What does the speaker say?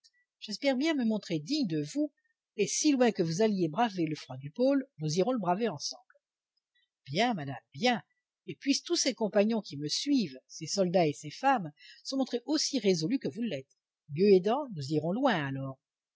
j'espère bien me montrer digne de vous et si loin que vous alliez braver le froid du pôle nous irons le braver ensemble bien madame bien et puissent tous ces compagnons qui me suivent ces soldats et ces femmes se montrer aussi résolus que vous l'êtes dieu aidant nous irons loin alors